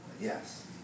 Yes